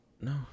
No